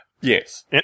Yes